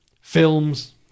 Films